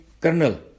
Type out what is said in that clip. colonel